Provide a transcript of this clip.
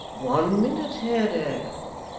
one minute, haredale,